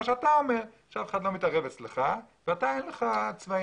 שאתה אמר שאף אחד לא מתערב אצלך ולך אין צבעים.